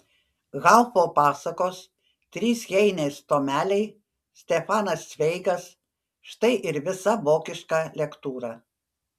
haufo pasakos trys heinės tomeliai stefanas cveigas štai ir visa vokiška lektūra